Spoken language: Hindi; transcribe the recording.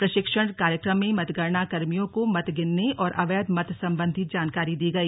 प्रशिक्षण कर्यक्रम में मतगणना कर्मियों को मत गिनने और अवैध मत संबंधी जानकारी दी गई